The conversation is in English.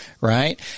right